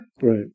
Right